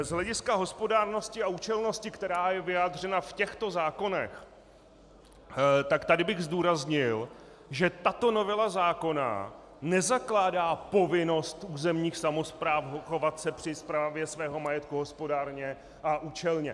Z hlediska hospodárnosti a účelnosti, která je vyjádřena v těchto zákonech, tak tady bych zdůraznil, že tato novela zákona nezakládá povinnost územních samospráv chovat se při správě svého majetku hospodárně a účelně.